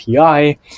api